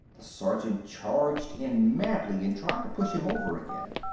the sergeant charged in madly and tried to push him over again.